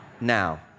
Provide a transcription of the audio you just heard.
Now